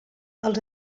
els